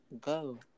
go